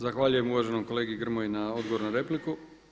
Zahvaljujem uvaženom kolegi Grmoji na odgovoru na repliku.